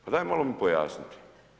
Pa daj malo mi pojasnite.